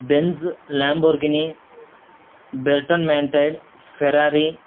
Benz Lamborghini ಬೆಲ್ಟನ್ ಮ್ಯಾಂಟೇಡ್ Ferrari